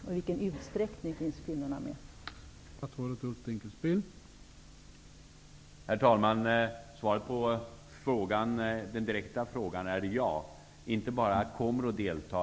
I vilken utsträckning kommer kvinnorna i så fall att vara med?